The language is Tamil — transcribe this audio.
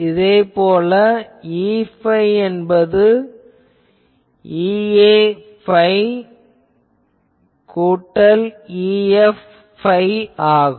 இதேபோல Eϕ என்பது ϕ கூட்டல் ϕ ஆகும்